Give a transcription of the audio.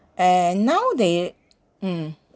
and now they mm